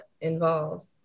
involved